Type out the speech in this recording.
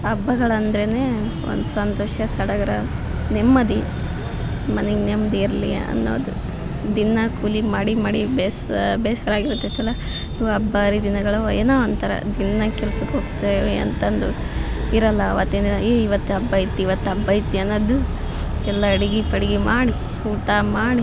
ಹಬ್ಬಗಳ್ ಅಂದರೇನೆ ಒಂದು ಸಂತೋಷ ಸಡಗರ ಸ್ ನೆಮ್ಮದಿ ಮನೆಗೆ ನೆಮ್ಮದಿ ಇರಲಿ ಅನ್ನೋದು ದಿನಾ ಕೂಲಿ ಮಾಡಿ ಮಾಡಿ ಬೇಸರ ಆಗಿರ್ತೈತಲ್ಲ ಇವು ಹಬ್ಬ ಹರಿದಿನಗಳು ಏನೋ ಒಂಥರ ದಿನಾ ಕೆಲ್ಸಕ್ಕೆ ಹೋಗ್ತೇವೆ ಅಂತಂದು ಇರೋಲ್ಲ ಅವತ್ತಿನ ದಿನ ಏ ಇವತ್ತು ಹಬ್ಬ ಐತಿ ಇವತ್ತು ಹಬ್ಬ ಐತಿ ಅನ್ನೋದು ಎಲ್ಲ ಅಡ್ಗೆ ಪಡ್ಗೆ ಮಾಡಿ ಊಟ ಮಾಡಿ